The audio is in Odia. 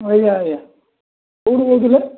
ଆଜ୍ଞା ଆଜ୍ଞା କେଉଁଠୁ କହୁଥିଲେ